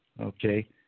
Okay